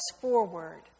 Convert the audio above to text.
forward